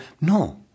no